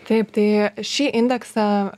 taip tai šį indeksą